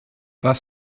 was